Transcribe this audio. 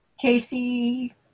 Casey